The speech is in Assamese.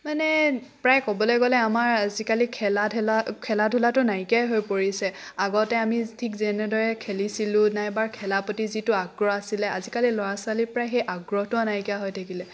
মানে প্ৰায় ক'বলৈ গ'লে আমাৰ আজিকালি খেলা ধেলা খেলা ধূলাটো নাইকিয়াই হৈ পৰিছে আগতে আমি ঠিক যেনেদৰে খেলিছিলোঁ নাইবা খেলাৰ প্ৰতি যিটো আগ্ৰহ আছিলে আজিকালি ল'ৰা ছোৱালী প্ৰায় সেই আগ্ৰহটো নাইকিয়া হৈ থাকিলে